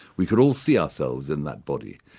we could all see ourselves in that body,